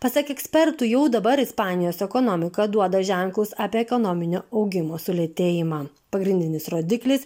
pasak ekspertų jau dabar ispanijos ekonomika duoda ženklus apie ekonominio augimo sulėtėjimą pagrindinis rodiklis